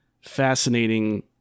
fascinating